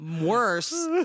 worse